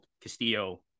Castillo